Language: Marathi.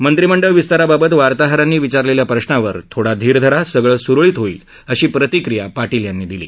मंत्रिमंडळ विस्ताराबाबत वार्ताहरांनी विचारलेल्या प्रश्नावर थोडा धीर धरा सगळं सुरळीत होईल अशी प्रतिक्रीया पाटील यांनी दिली